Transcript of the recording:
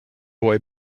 boy